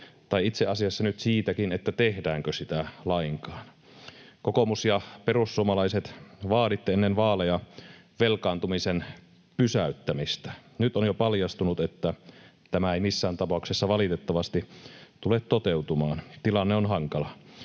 tai itse asiassa nyt siitäkin, tehdäänkö sitä lainkaan. Kokoomus ja perussuomalaiset, vaaditte ennen vaaleja velkaantumisen pysäyttämistä. Nyt on jo paljastunut, että tämä ei missään tapauksessa valitettavasti tule toteutumaan. Tilanne on hankala.